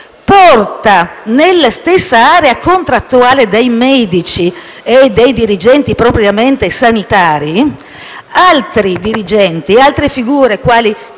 porta, nella area contrattuale dei medici e dei dirigenti propriamente sanitari, altri dirigenti, altre figure, quali